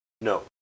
No